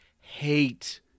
hate